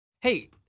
Hey